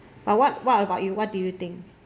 but what what about you what do you think